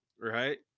Right